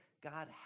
god